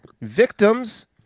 victims